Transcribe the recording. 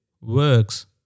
works